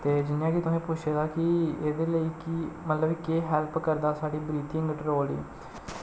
ते जियां कि तुसें पुच्छे दा कि एह्दे लेई कि मतलब केह् हैल्प करदा साढ़ी ब्रीथिंग कंट्रोल गी